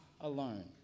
alone